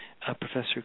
Professor